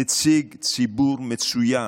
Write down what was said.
נציג ציבור מצוין,